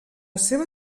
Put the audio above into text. seva